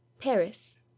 Paris